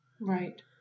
right